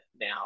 now